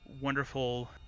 wonderful